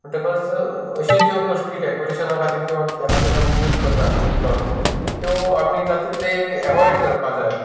म्हणटकच अशी ज्यो गोश्टी डेकोरेशना खातीर वा कित्या खातीर आमी यूज करतात इतलोत त्यो आनी जाता तितले एवोयड करपाक जाय